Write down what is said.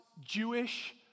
Jewish